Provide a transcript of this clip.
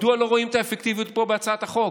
מדוע לא רואים את האפקטיביות פה בהצעת החוק?